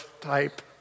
type